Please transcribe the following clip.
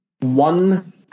One